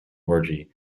orgy